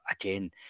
again